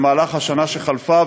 בשנה שחלפה,